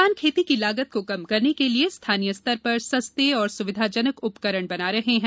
किसान खेती की लागत को कम करने के लिए स्थानीय स्तर पर सस्ते और सुविधाजनक उपकरण बना रहे हैं